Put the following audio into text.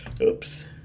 Oops